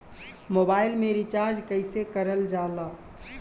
Mobile में recharge कइसे करल जाला?